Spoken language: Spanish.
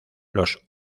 los